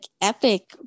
epic